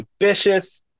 ambitious